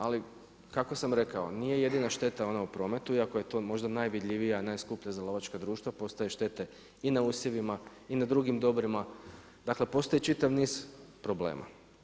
Ali kako sam rekao, nije jedina šteta ona u prometu, iako je možda najvidljivija, najskuplja za lovačka društva, postoje štete i na usjevima i na drugim dobrima, dakle postoje čitav niz problema.